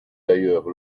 d’ailleurs